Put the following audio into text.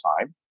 time